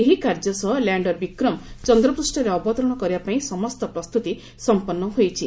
ଏହି କାର୍ଯ୍ୟ ସହ ଲ୍ୟାଣ୍ଡର୍ ବିକ୍ରମ ଚନ୍ଦ୍ରପୂଷରେ ଅବତରଣ କରିବାପାଇଁ ସମସ୍ତ ପ୍ରସ୍ତୁତି ସମ୍ପନ୍ନ ହୋଇଛି